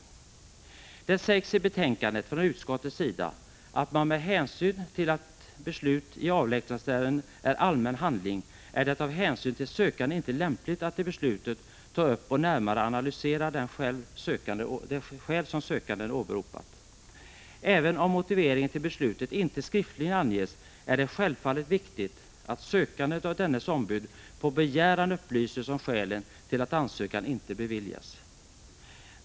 Utskottet säger i betänkandet att det, med tanke på att beslut i avlägsnandeärenden är allmän handling, av hänsyn till sökanden inte är lämpligt att i beslutet ta upp och närmare analysera det sökanden själv åberopat. Även om motiveringen till beslutet inte skriftligen anges är det självfallet viktigt att sökanden och dennes ombud på begäran upplyses om skälen till att ansökan inte beviljas.